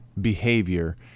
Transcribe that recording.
behavior